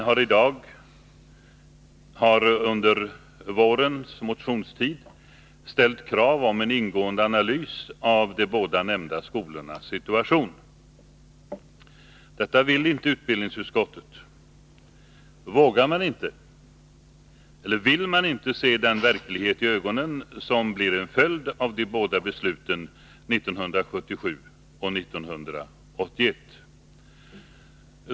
Men de har under vårens motionstid ställt krav om en ingående analys av de båda nämnda skolornas situation. Detta vill inte utbildningsutskottet. Vågar man inte? Eller vill man inte se den verklighet i ögonen som blir en följd av de båda besluten 1977 och 1981?